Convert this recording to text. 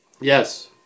Yes